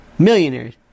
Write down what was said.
millionaires